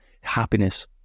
happiness